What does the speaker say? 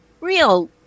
real